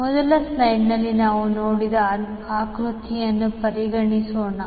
ಮೊದಲ ಸ್ಲೈಡ್ನಲ್ಲಿ ನಾವು ನೋಡಿದ ಆಕೃತಿಯನ್ನು ಪರಿಗಣಿಸೋಣ